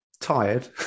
tired